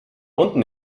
unten